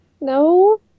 No